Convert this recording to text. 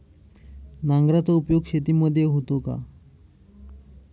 नांगराचा उपयोग शेतीमध्ये होतो का?